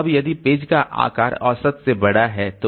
अब यदि पेज का आकार औसत से बड़ा है तो